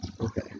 Okay